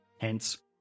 hence